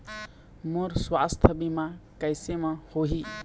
मोर सुवास्थ बीमा कैसे म होही?